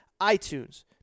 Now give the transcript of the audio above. iTunes